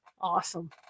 awesome